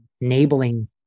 enabling